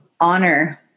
honor